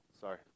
Sorry